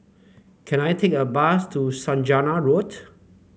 can I take a bus to Saujana Road